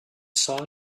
saw